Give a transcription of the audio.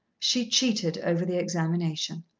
she cheated over the examination.